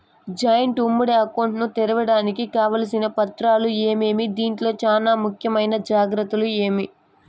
Joint ఉమ్మడి account ను తెరవడానికి కావాల్సిన పత్రాలు ఏమేమి? దీంట్లో చానా ముఖ్యమైన జాగ్రత్తలు ఏమి?